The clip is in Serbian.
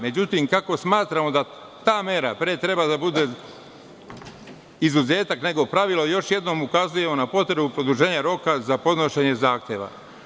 Međutim, kako smatramo da ta mera pre treba da bude izuzetak nego pravilo, još jednom ukazujemo na potrebu produženja roka za podnošenje zahteva.